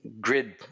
grid